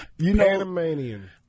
Panamanian